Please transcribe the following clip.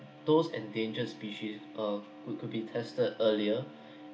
those endangered species uh could could be tested earlier